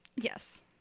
yes